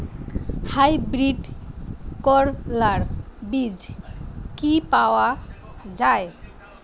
Hybrid করলার বীজ কি পাওয়া যায়?